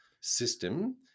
system